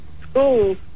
school